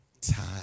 time